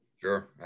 Sure